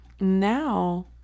Now